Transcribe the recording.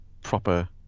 proper